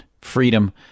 freedom